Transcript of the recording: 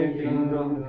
kingdom